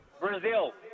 Brazil